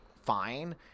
fine